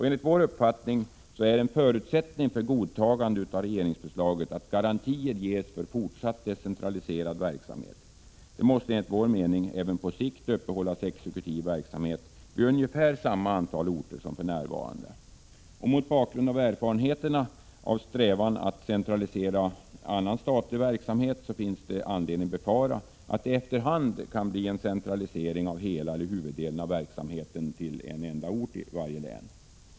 Enligt vår uppfattning är en förutsättning för godtagande av regeringsförslaget att garantier ges för fortsatt decentraliserad verksamhet. Det måste enligt vår mening även på sikt uppehållas exekutiv verksamhet vid ungefär samma antal orter som för närvarande. Mot bakgrund av erfarenheterna av strävan att centralisera annan statlig verksamhet finns det anledning befara att det efter hand kan bli en centralisering av hela verksamheten eller huvuddelen av verksamheten till en enda ort i varje län.